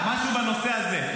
משהו בנושא הזה,